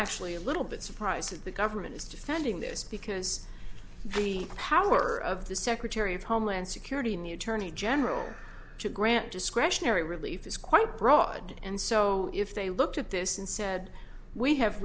actually a little bit surprised that the government is defending this because the power of the secretary of homeland security in the attorney general to grant discretionary relief is quite broad and so if they looked at this and said we have